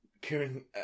Karen